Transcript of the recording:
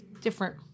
Different